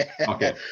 Okay